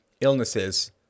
illnesses